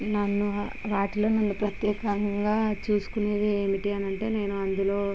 నన్ను వాటిలో నన్ను ప్రత్యేకంగా చూసుకునేది ఏమిటంటే నేను అందులో